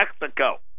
Mexico